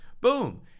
boom